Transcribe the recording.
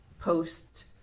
post